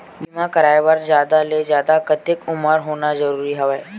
बीमा कराय बर जादा ले जादा कतेक उमर होना जरूरी हवय?